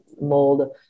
mold